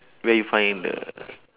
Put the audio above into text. where you find the